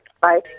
Bye